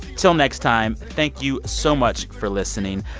till next time, thank you so much for listening.